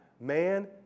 man